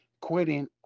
quitting